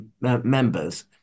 members